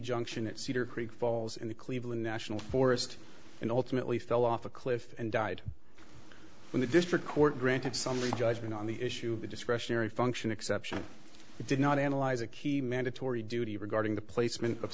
junction at cedar creek falls in the cleveland national forest and ultimately fell off a cliff and died when the district court granted summary judgment on the issue of a discretionary function exception he did not analyze a key mandatory duty regarding the placement of